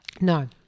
No